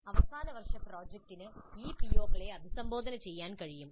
അവസാന വർഷ പ്രോജക്റ്റിന് ഈ പിഒകളെ അഭിസംബോധന ചെയ്യാൻ കഴിയും